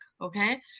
okay